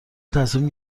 تصمیم